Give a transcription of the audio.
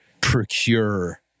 procure